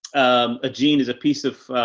um a gene is a piece of,